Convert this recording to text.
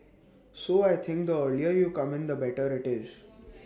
so I think the earlier you come in the better IT is